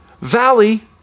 valley